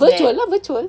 virtual ah virtual